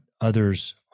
others